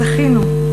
זכינו.